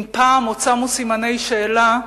אם פעם עוד שמו סימני שאלה,